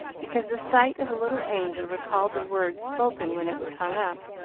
because the sight of the little angel recalled the words spoken when it was hung up,